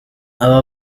aba